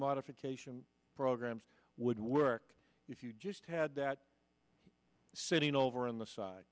modification programs would work if you just had that sitting over on the side